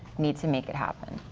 need to make it happen.